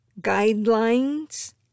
guidelines